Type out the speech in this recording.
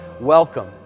welcome